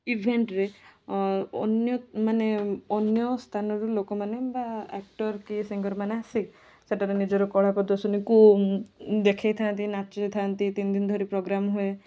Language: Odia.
ଇଭେଣ୍ଟରେ ଅନ୍ୟମାନେ ଅନ୍ୟ ସ୍ଥାନରୁ ଲୋକମାନେ ବା ଆକ୍ଟର୍ କି ସିଙ୍ଗର୍ମାନେ ଆସି ସେଠାରେ ନିଜର କଳା ପ୍ରଦର୍ଶନୀକୁ ଦେଖେଇ ଥାଆନ୍ତି ନାଚି ଥାଅନ୍ତି ତିନି ଦିନ ଧରି ପ୍ରୋଗାମ୍ ହୁଏ